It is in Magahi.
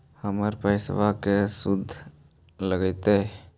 हमर पैसाबा के शुद्ध लगतै?